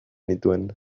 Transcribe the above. nituen